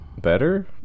better